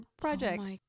projects